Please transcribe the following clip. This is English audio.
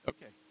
Okay